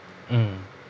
mm